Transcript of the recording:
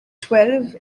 twelve